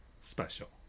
special